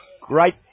great